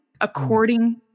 according